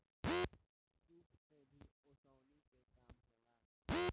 सूप से भी ओसौनी के काम होला